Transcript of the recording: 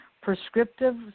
prescriptive